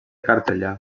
cartellà